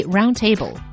Roundtable